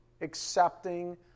accepting